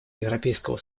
европейского